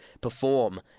perform